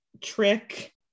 trick